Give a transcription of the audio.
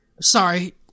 sorry